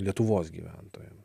lietuvos gyventojam